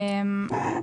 כן.